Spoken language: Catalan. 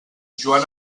joan